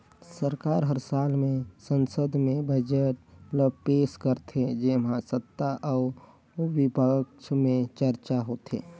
सरकार हर साल में संसद में बजट ल पेस करथे जेम्हां सत्ता अउ बिपक्छ में चरचा होथे